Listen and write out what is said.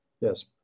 yes